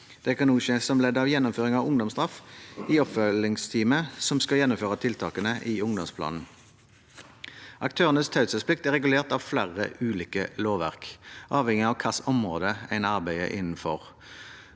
Det kan også skje som ledd i gjennomføring av ungdomsstraff i oppfølgingsteamet som skal gjennomføre tiltakene i ungdomsplanen. Aktørenes taushetsplikt er regulert av flere ulike lovverk avhengig av hvilket område en arbeider innenfor.